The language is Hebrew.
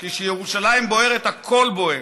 כי כשירושלים בוערת, הכול בוער.